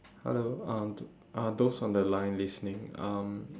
hello um uh those on the line listening um